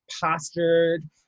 postured